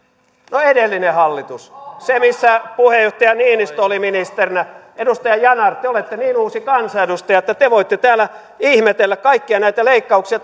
no edellinen hallitus se missä puheenjohtaja niinistö oli ministerinä edustaja yanar te te olette niin uusi kansanedustaja että te voitte täällä ihmetellä kaikkia näitä leikkauksia